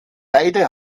beide